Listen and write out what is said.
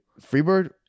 Freebird